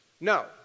No